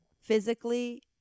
physically